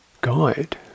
guide